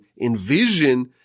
envision